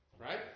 right